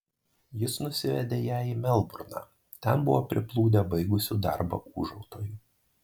jis nusivedė ją į melburną ten buvo priplūdę baigusių darbą ūžautojų